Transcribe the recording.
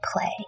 play